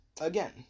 again